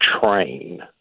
train